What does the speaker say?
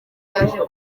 yaje